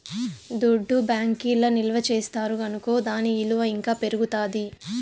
దుడ్డు బ్యాంకీల్ల నిల్వ చేస్తారు కనుకో దాని ఇలువ ఇంకా పెరుగుతాది